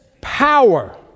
power